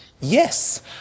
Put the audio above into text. yes